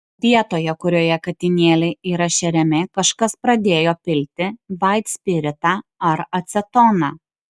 vietoje kurioje katinėliai yra šeriami kažkas pradėjo pilti vaitspiritą ar acetoną